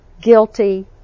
guilty